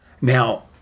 now